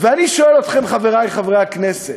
ואני שואל אתכם, חברי חברי הכנסת,